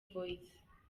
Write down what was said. voice